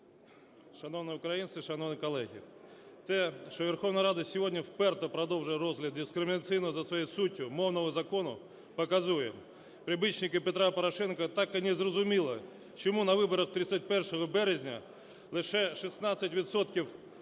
Шановні українці, шановні колеги, те, що Верховна Рада сьогодні вперто продовжує розгляд дискримінаційного за своєю суттю мовного закону, показує: прибічники Петра Порошенка так і не зрозуміли, чому на виборах 31 березня лише 16 відсотків